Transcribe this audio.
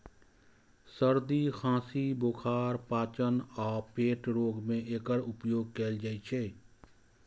सर्दी, खांसी, बुखार, पाचन आ पेट रोग मे एकर उपयोग कैल जाइ छै